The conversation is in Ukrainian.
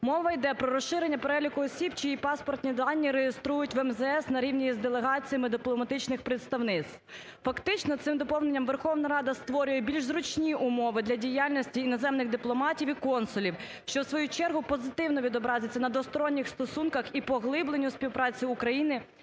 Мова йде про розширення переліку осіб, чиї паспортні дані реєструють в МЗС на рівні з делегаціями дипломатичних представництв. Фактично цим доповнення Верховна Рада створює більш зручні умови для діяльності іноземних дипломатів і консулів, що, в свою чергу, позитивно відобразиться на двосторонніх стосунках і поглибленню співпраці України